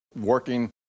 working